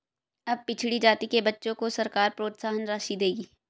अब पिछड़ी जाति के बच्चों को सरकार प्रोत्साहन राशि देगी